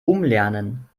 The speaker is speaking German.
umlernen